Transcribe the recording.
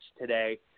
today